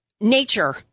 nature